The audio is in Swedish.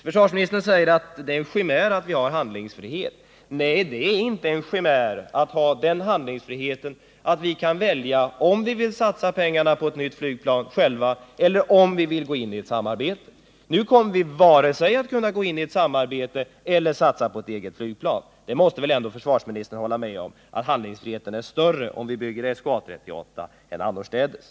Försvarsministern säger att det är en chimär att vi har handlingsfrihet. Nej, det är inte en chimär att ha den handlingsfriheten att vi kan välja om vi vill satsa pengarna på ett eget nytt flygplan eller om vi vill gå in i ett samarbete. Nu kommer vi varken att kunna gå in i ett samarbete eller satsa på ett eget flygplan. Försvarsministern måste väl ändå hålla med om att handlingsfriheten är större om vi bygger SK 38/A 38 här än annorstädes.